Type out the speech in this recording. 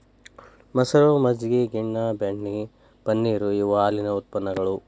ಮಸರ, ಮಜ್ಜಗಿ, ಗಿನ್ನಾ, ಬೆಣ್ಣಿ, ಪನ್ನೇರ ಇವ ಹಾಲಿನ ಉತ್ಪನ್ನಗಳು